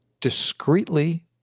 discreetly